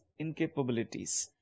incapabilities